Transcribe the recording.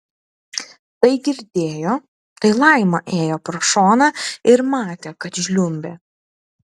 tai girdėjo tai laima ėjo pro šoną ir matė kad žliumbė